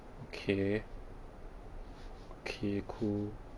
okay okay cool